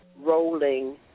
rolling